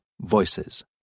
voices